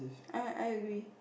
ah I agree